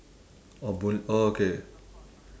oh boon oh okay